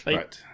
right